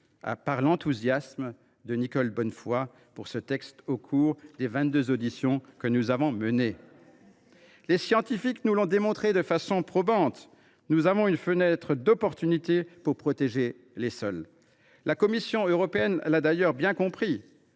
par l’enthousiasme de Nicole Bonnefoy pour ce texte au cours des vingt deux auditions que nous avons menées. Les scientifiques nous l’ont démontré de façon probante : nous avons une fenêtre d’opportunité pour protéger les sols. La Commission européenne l’a d’ailleurs bien compris.